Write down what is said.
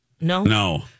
No